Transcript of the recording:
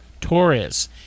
Torres